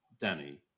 Danny